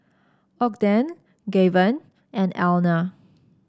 Ogden Gaven and Elna